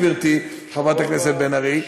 גברתי חברת הכנסת בן ארי,